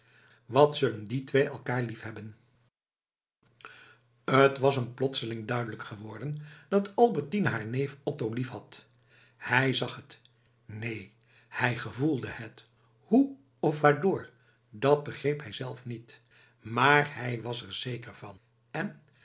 wat zullen die twee elkaar liefhebben t was hem plotseling duidelijk geworden dat albertine haar neef otto liefhad hij zag het neen hij gevoelde het hoe of waardoor dat begreep hijzelf niet maar hij was er zeker van en